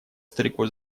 старику